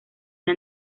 una